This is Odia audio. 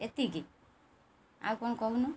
ଏତିକି ଆଉ କ'ଣ କହୁନ